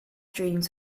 dreams